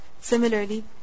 Similarly